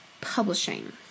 publishing